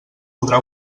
podrà